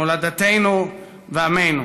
מולדתנו ועמנו